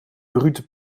brute